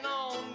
on